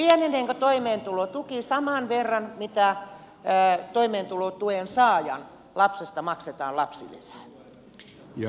pieneneekö toimeentulotuki saman verran kuin toimeentulotuen saajan lapsesta maksetaan lapsilisää